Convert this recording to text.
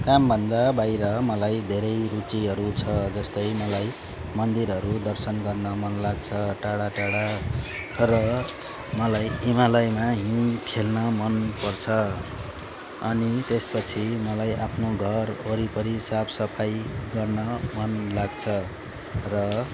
काम भन्दा बाहिर मलाई धेरै रुचिहरू छ जस्तै मलाई मन्दिरहरू दर्शन गर्न मन लाग्छ टाडा टाडा तर मलाई हिमालयमा हिउँ खेल्न मन पर्छ अनि त्यसपछि मलाई आफ्नो घर वरिपरि साफ सफाई गर्न मन लाग्छ र